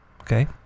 Okay